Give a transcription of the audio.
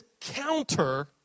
counter